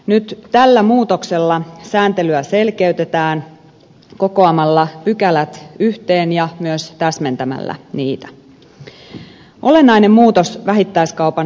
nyt tällä muutoksella sääntelyä selkeytetään kokoamalla pykälät yhteen ja myös täsmentämällä niitä